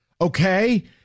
Okay